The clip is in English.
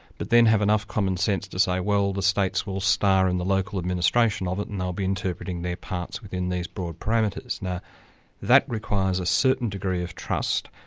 but then have enough commonsense to say, well the states will star in the local administration of it and they'll be interpreting their parts within these broad parameters. now that requires a certain degree of trust,